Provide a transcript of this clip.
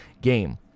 game